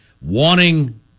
wanting